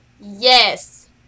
Yes